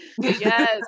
yes